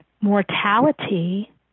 mortality